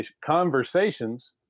conversations